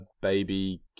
baby